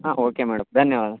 ಹಾಂ okay madam ಧನ್ಯವಾದ